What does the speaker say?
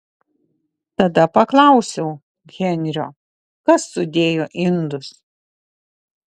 tada paklausiau henrio kas sudėjo indus